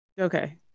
Okay